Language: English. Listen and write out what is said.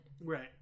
Right